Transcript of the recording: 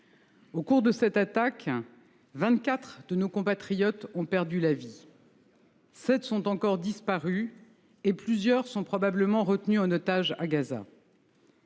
Au cours de cette attaque, vingt quatre de nos compatriotes ont perdu la vie. Sept sont encore portés disparus et plusieurs sont probablement retenus en otage à Gaza.